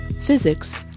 Physics